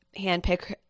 handpick